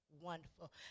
wonderful